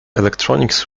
electronics